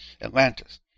atlantis